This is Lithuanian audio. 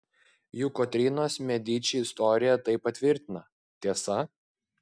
juk kotrynos mediči istorija tai patvirtina tiesa